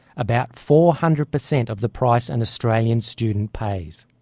about four hundred percent of the price an australian student pays.